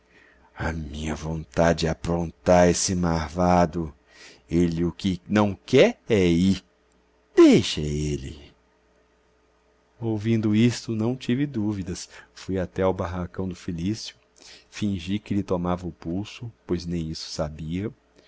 a minha vontade é aprontá esse marvado ele u qui não qué é i deixa ele ouvindo isto não tive dúvidas fui até ao barracão do felício fingi que lhe tomava o pulso pois nem isso sabia